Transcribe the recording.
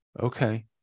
Okay